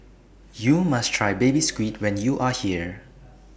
YOU must Try Baby Squid when YOU Are here